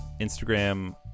Instagram